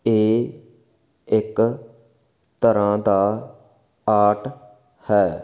ਇਹ ਇੱਕ ਤਰ੍ਹਾਂ ਦਾ ਆਰਟ ਹੈ